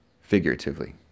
figuratively